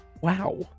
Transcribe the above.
wow